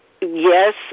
yes